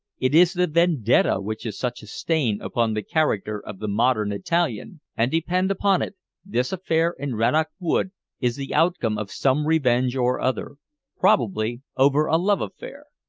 it is the vendetta which is such a stain upon the character of the modern italian and depend upon it this affair in rannoch wood is the outcome of some revenge or other probably over a love affair.